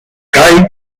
kai